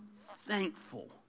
thankful